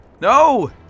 No